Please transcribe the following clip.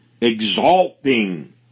exalting